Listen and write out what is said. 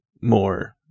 more